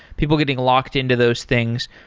people getting locked into those things.